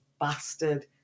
bastard